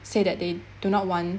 say that they do not want